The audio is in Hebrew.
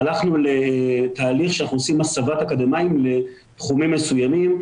והלכנו לתהליך שאנחנו עושים הסבת אקדמאיים לתחומים מסוימים.